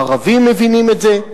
הערבים מבינים את זה,